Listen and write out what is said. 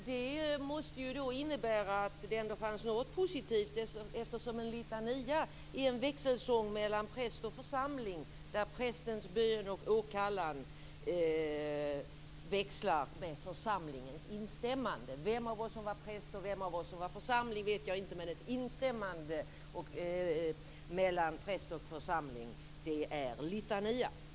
Det måste innebära att det ändå fanns något positivt, eftersom en litania är en växelsång mellan präst och församling, där prästens bön och åkallan växlar med församlingens instämmanden. Vem av oss som var präst och vem som var församling vet jag inte, men ett samförstånd mellan präst och församling är en litania.